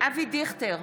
אבי דיכטר,